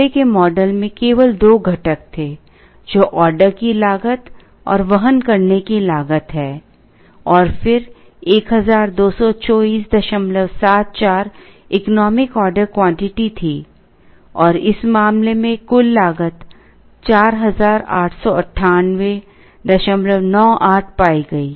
पहले के मॉडल में केवल दो घटक थे जो ऑर्डर की लागत और वहन करने की लागत है और फिर 122474 इकोनॉमिक ऑर्डर क्वांटिटी थी और इस मामले में कुल लागत 489898 पाई गई